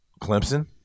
Clemson